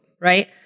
Right